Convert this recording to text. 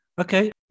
okay